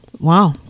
Wow